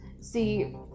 See